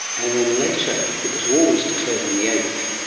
and then later, because war was declared on the eighth,